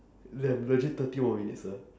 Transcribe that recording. le~ legit thirty more minutes ah